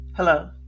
Hello